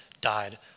died